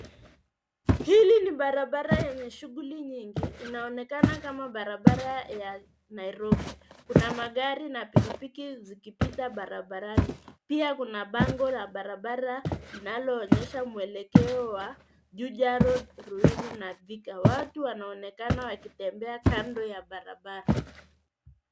Hili ni barabara yenye shughuli nyingi inaonekana kama barabara ya Nairobi. Kuna magari na pikipiki zikipita barabarani. Pia kuna bango la barabara linaloonyesha mwelekeo wa; Juja Road, Ruiru na Thika. Watu wanaonekana wakitembea kando ya barabara.